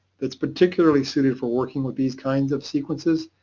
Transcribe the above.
it's particularly suited for working with these kinds of sequences.